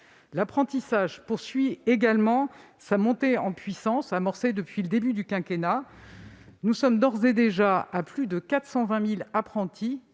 L'apprentissage poursuit également la montée en puissance amorcée depuis le début du quinquennat : nous comptons déjà plus de 420 000 apprentis